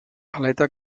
aleta